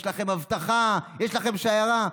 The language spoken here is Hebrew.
יש לכם אבטחה, יש לכם שיירה.